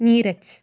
Neeraj